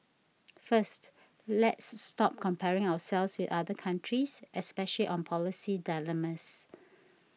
first let's stop comparing ourselves with other countries especially on policy dilemmas